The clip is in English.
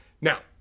Now